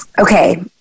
okay